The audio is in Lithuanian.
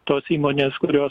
tos įmonės kurios